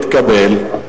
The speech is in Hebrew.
התקבלו.